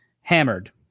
Hammered